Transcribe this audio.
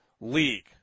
league